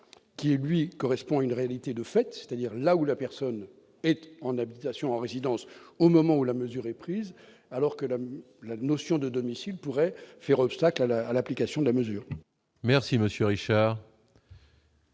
qui lui correspond à une réalité de fait, c'est-à-dire là où la personne était en habitation en résidence au moment où la mesure est prise alors que la la notion de domicile pourrait faire obstacle à la à l'application de la mesure. Merci Monsieur Richard.